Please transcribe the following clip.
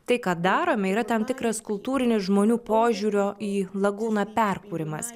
tai ką darome yra tam tikras kultūrinis žmonių požiūrio į lagūną perkūrimas